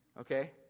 Okay